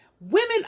women